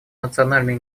национальные